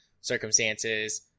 Circumstances